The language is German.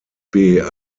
admira